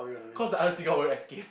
cause the other seagull already escaped